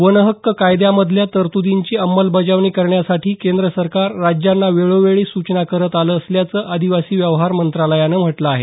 one हक्क कायद्यामधल्या तरतूदींची अंमलबजावणी करण्यासाठी केंद्र सरकार राज्यांना वेळोवेळी सूचना करत आलं असल्याचं आदिवासी व्यवहार मंत्रालयानं म्हटलं आहे